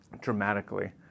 dramatically